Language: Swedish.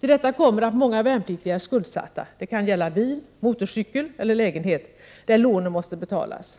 Till detta kommer att många värnpliktiga är skuldsatta. Det kan gälla bil, motorcykel eller lägenhet, där lånen måste betalas.